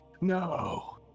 No